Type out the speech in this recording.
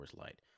Light